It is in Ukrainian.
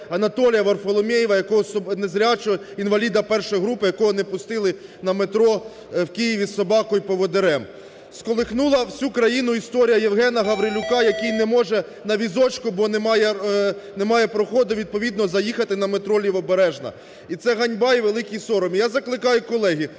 Анатолія Варфоломєєва, незрячого, інваліда І групи, якого не пустили на метро в Києві з собакою-поводирем. Сколихнула всю країну історія Євгена Гаврилюка, який не може на візочку, бо немає проходу відповідно заїхати на метро "Лівобережна". І це ганьба і великий сором. Я закликаю, колеги,